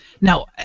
Now